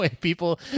People